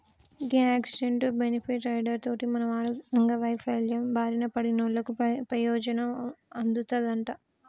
గీ accident, benefit rider తోటి మనం అంగవైవల్యం బారిన పడినోళ్ళకు పెయోజనం అందుతదంట